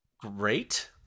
great